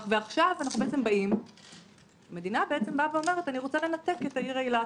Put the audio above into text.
ועכשיו המדינה בעצם אומרת: אני רוצה לנתק את העיר אילת